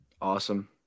Awesome